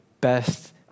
best